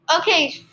Okay